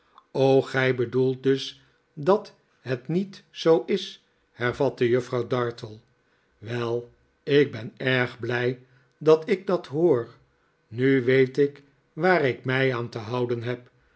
gij bedoelt dus dat het niet zoo is hervatte juffrouw dartle wel ik ben erg blij dat ik dat hoor nu weet ik waar ik mij aan te houden heb